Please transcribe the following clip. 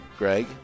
Greg